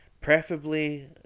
Preferably